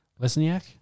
Lesniak